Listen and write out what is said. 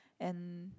and